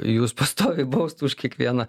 jus pastoviai baustų už kiekvieną